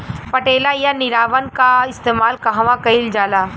पटेला या निरावन का इस्तेमाल कहवा कइल जाला?